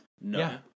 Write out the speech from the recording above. No